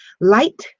Light